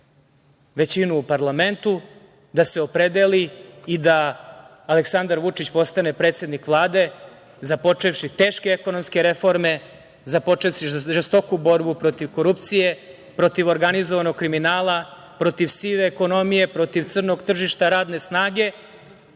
većinu u parlamentu, da se opredeli i da Aleksandar Vučić postane predsednik Vlade, započevši teške ekonomske reforme, započevši žestoku borbu protiv korupcije, protiv organizovanog kriminala, protiv sive ekonomije, protiv crnog tržišta radne snage,